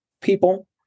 People